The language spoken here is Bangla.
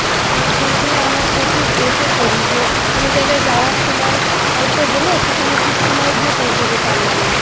কারণ সেই সময় আমরা প্রচুর এতে পড়ি যে কোনো জায়গায় যাওয়ার সময় হয়তো হলো সেখানে ঠিক সময় গিয়ে পৌঁছাতে পারলাম না